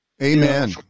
Amen